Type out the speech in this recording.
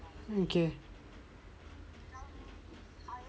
okay